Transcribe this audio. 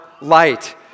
light